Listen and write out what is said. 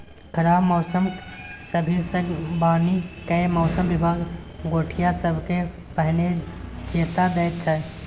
खराब मौसमक भबिसबाणी कए मौसम बिभाग गोढ़िया सबकेँ पहिने चेता दैत छै